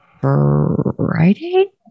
Friday